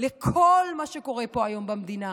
למה אי-אפשר לשמוע גם אתכם מזדעזעים ממה שקרה בלילה?